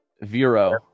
Vero